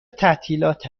تعطیلات